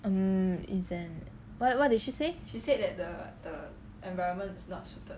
um izzan what what did she say